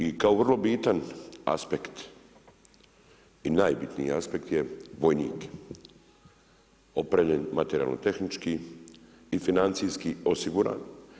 I kao vrlo bitan aspekt i najbitniji aspekt je vojnik opremljen materijalno-tehnički i financijski osiguran.